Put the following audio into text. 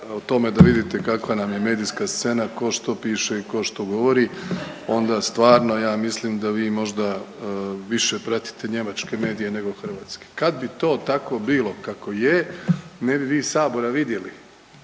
o tome da vidite kakva nam je medijska scena tko što piše i tko što govori, onda stvarno ja mislim da vi možda više pratite njemačke medije nego hrvatske. Kad bi to tako bilo kako je, ne bi vi Sabora vidjeli